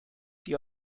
die